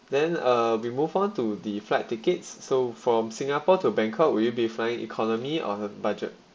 then uh we move on to the flight tickets so from singapore to bangkok will you be flying economy or budget